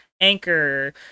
Anchor